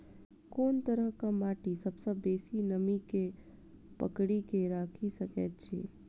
कोन तरहक माटि सबसँ बेसी नमी केँ पकड़ि केँ राखि सकैत अछि?